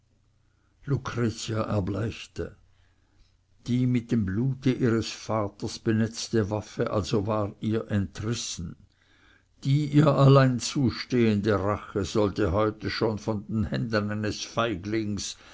lucretia erbleichte die mit dem blute ihres vaters benetzte waffe also war ihr entrissen die ihr allein zustehende rache sollte heute schon von den händen eines feiglings